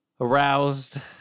aroused